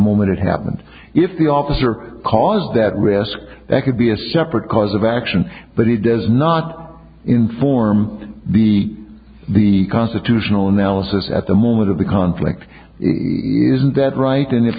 moment it happened if the officer caused that risk that could be a separate cause of action but it does not inform the the constitutional analysis at the moment of the conflict isn't that right and if